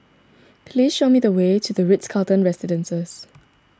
please show me the way to the Ritz Carlton Residences